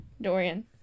Dorian